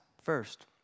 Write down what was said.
first